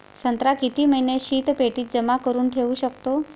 संत्रा किती महिने शीतपेटीत जमा करुन ठेऊ शकतो?